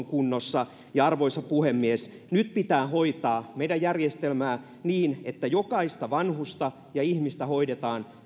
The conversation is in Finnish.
kunnossa arvoisa puhemies nyt pitää hoitaa meidän järjestelmäämme niin että jokaista vanhusta ja ihmistä hoidetaan